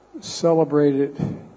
celebrated